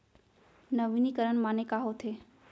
नवीनीकरण माने का होथे?